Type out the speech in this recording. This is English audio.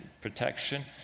protection